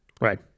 Right